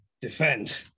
defend